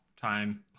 time